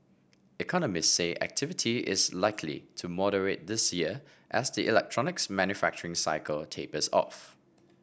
economists say activity is likely to moderate this year as the electronics manufacturing cycle tapers off